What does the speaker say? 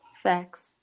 Facts